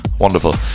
Wonderful